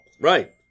right